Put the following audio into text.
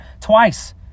twice